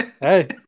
Hey